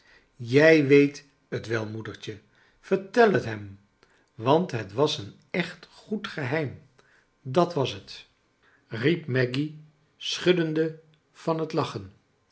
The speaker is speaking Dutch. ij weet het wel moedertje vertel het hem want het was een echt goed geheim dat was riep maggy schuddende van het lachen